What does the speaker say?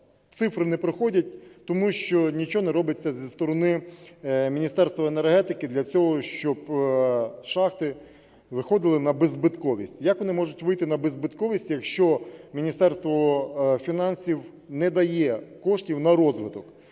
цифри не проходять, тому що нічого не робиться зі сторони Міністерства енергетики для того, щоб шахти виходили на беззбитковість. Як вони можуть вийти на беззбитковість, якщо Міністерство фінансів не дає коштів на розвиток?